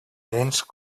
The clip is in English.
dense